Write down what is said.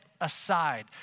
aside